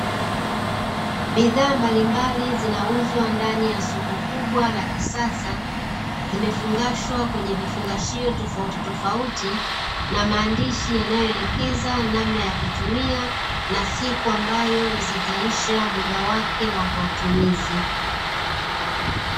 Bidhaa mbalimbali zinauzwa ndani ya soko kubwa la kisasa, zimefungashwa kwenye vifungashio tofautitofauti, na maandishi yanayoelekeza namna ya kutumia na siku ambayo zitaisha muda wake wa matumizi.